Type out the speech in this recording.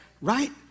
right